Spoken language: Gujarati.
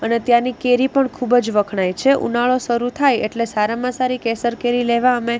અને ત્યાંની કેરી પણ ખૂબ જ વખણાય છે ઉનાળો શરૂ થાય એટલે સારામાં સારી કેસર કેરી લેવા અમે